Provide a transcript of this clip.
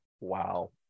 Wow